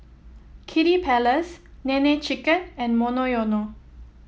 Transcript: Kiddy Palace Nene Chicken and Monoyono